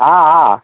ହଁ ହଁ